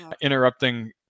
interrupting